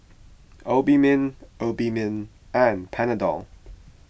Obimin Obimin and Panadol